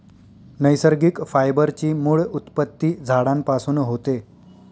नैसर्गिक फायबर ची मूळ उत्पत्ती झाडांपासून होते